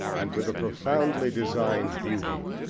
and with a profoundly designed beauty,